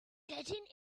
getting